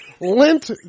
Lint